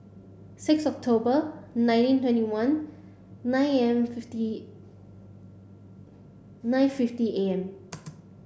six October nineteen twenty one nine am fifth nine fifty am